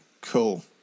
Cool